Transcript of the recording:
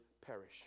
perish